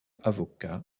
avocat